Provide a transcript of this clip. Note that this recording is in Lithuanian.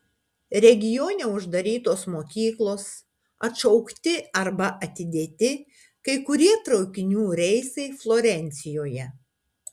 regione uždarytos mokyklos atšaukti arba atidėti kai kurie traukinių reisai florencijoje